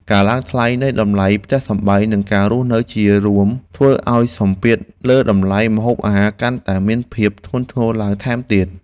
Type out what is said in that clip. ការឡើងថ្លៃនៃតម្លៃផ្ទះសម្បែងនិងការរស់នៅជារួមធ្វើឱ្យសម្ពាធលើតម្លៃម្ហូបអាហារកាន់តែមានភាពធ្ងន់ធ្ងរឡើងថែមទៀត។